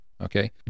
okay